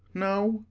no?